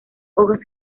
hojas